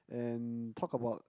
and talk about